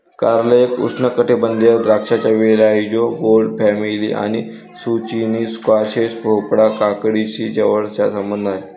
कारले एक उष्णकटिबंधीय द्राक्षांचा वेल आहे जो गोड फॅमिली आणि झुचिनी, स्क्वॅश, भोपळा, काकडीशी जवळचा संबंध आहे